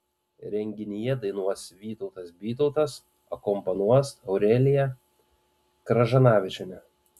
renginyje dainuos vytautas bytautas akompanuos aurelija kržanavičienė